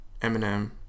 eminem